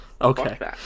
Okay